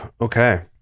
okay